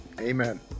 Amen